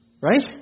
right